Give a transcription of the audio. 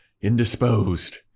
indisposed